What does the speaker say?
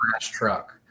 truck